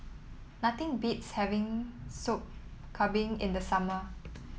nothing beats having Sop Kambing in the summer